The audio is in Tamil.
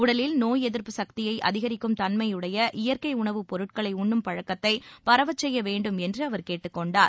உடலில் நோய் எதிர்ப்பு சக்தியை அதிகரிக்கும்தன்மையுடைய இயற்கை உணவுப் பொருட்களை உண்ணும் பழக்கத்தை பரவ செய்ய வேண்டும் என்று அவர் கேட்டுக்கொண்டார்